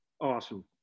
Awesome